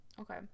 Okay